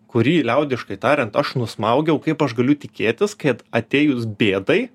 kurį liaudiškai tariant aš nusmaugiau kaip aš galiu tikėtis kad atėjus bėdai